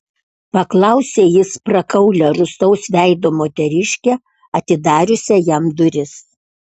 paklausė jis prakaulią rūstaus veido moteriškę atidariusią jam duris